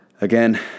Again